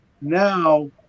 now